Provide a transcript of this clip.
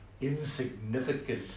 insignificant